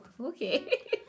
okay